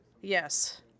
Yes